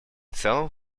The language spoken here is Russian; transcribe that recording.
целом